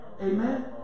Amen